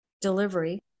delivery